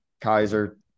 Kaiser